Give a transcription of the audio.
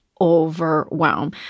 overwhelm